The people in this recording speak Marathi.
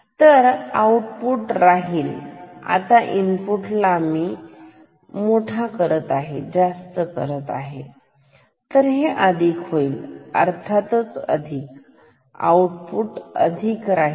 तर आउटपुट राहील राहील आता इनपुट ला मी पेक्षा जास्त करतो तर हे अधिक होईल हे अधिक आहे अर्थातच अधिक आहे आणि आऊटपुट अधिक राहील